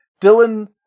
Dylan